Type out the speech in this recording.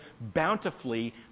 bountifully